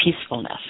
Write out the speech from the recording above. peacefulness